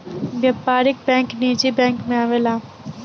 व्यापारिक बैंक निजी बैंक मे आवेला